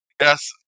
Yes